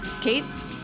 Kate's